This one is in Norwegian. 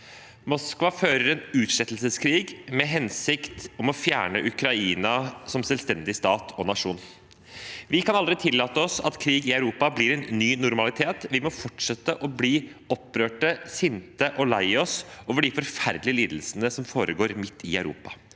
Moskva fører en utslettelseskrig i den hensikt å fjerne Ukraina som selvstendig stat og nasjon. Vi kan aldri tillate oss at krig i Europa blir en ny normalitet. Vi må fortsette å bli opprørt, sinte og lei oss over de forferdelige lidelsene som foregår midt i Europa.